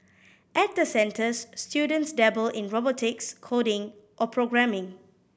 at the centres students dabble in robotics coding or programming